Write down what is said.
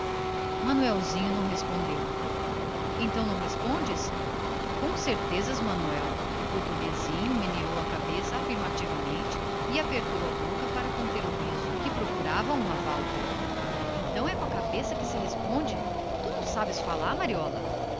chamas ele não respondeu então não respondes com certeza és manuel o portuguesinho meneou a cabeça afirmativamente e apertou a boca para conter o riso que procurava uma válvula então é com a cabeça que se responde tu não sabes falar mariola